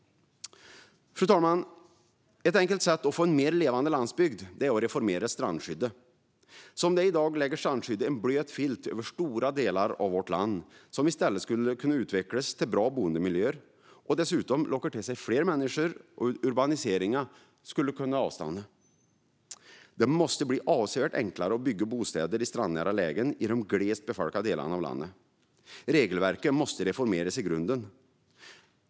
Fru talman! Ett enkelt sätt att få en mer levande landsbygd är att reformera strandskyddet. Som det är i dag lägger strandskyddet en blöt filt över stora delar av vårt land som i stället skulle kunna utvecklas till bra boendemiljöer, som dessutom lockar till sig fler människor. Urbaniseringen skulle kunna avstanna. Det måste bli avsevärt enklare att bygga bostäder i strandnära lägen i de glest befolkade delarna av landet. Regelverket måste reformeras i grunden.